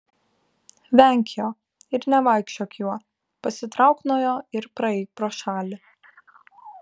venk jo ir nevaikščiok juo pasitrauk nuo jo ir praeik pro šalį